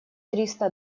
триста